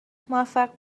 میخوامموفق